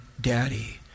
Daddy